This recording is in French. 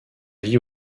vie